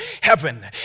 heaven